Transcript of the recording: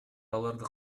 аларды